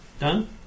Done